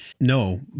No